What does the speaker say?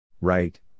Right